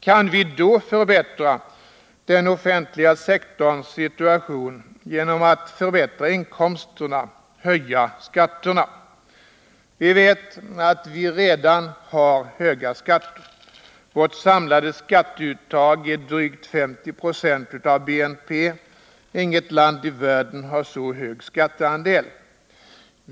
Kan vi då förbättra den offentliga sektorns situation genom att förbättra inkomsterna — höja skatterna? Vi vet att vi redan har höga skatter. Vårt samlade skatteuttag är drygt 50 9o av BNP. Inget land i världen har så hög skatteandel.